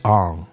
on